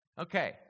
Okay